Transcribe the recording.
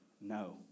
No